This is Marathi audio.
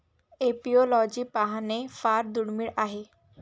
एपिओलॉजी पाहणे फार दुर्मिळ आहे